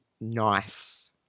nice